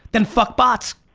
then fuck bots.